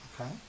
Okay